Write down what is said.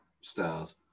stars